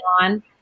on